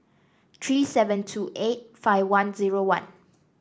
three seven two eight five one zero one